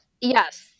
Yes